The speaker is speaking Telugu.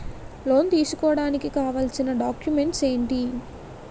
లోన్ తీసుకోడానికి కావాల్సిన డాక్యుమెంట్స్ ఎంటి?